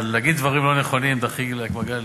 אבל להגיד דברים לא נכונים, דחילק, מגלי.